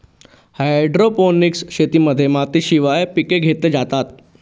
hydroponics शेतीमध्ये मातीशिवाय पिके घेतली जातात